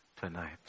tonight